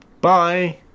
Bye